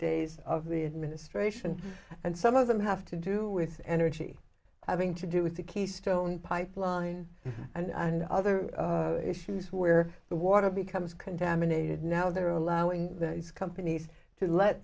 days of the administration and some of them have to do with energy having to do with the keystone pipeline and other issues where the water becomes contaminated now they're allowing those companies to let